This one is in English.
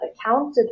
accounted